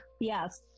Yes